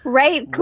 right